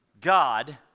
God